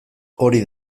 hori